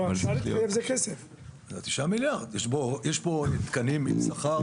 יש פה תקנים עם שכר.